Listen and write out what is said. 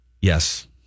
Yes